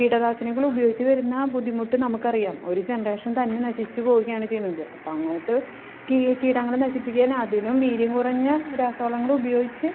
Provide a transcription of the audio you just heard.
കീടനാശിനികൾ ഉപയോഗിച്ചു വരുന്ന ബുദ്ധിമുട്ട് നമുക്കറിയാം ഒരു ജനറേഷൻ തന്നെ നശിച്ച് പോകുകയാണ് ചെയ്യുന്നത് അപ്പോൾ അങ്ങനത്തെ കി കീടങ്ങളെ നശിപ്പിക്കാനതിനും വീര്യം കുറഞ്ഞ രാസവളങ്ങളുപയോഗിച്ച്